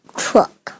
truck